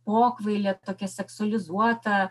pokvailė tokia seksualizuota